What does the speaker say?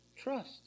trust